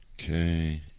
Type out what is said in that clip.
Okay